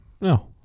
No